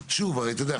הרי אתה יודע,